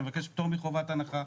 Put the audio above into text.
נבקש פטור מחובת הנחה,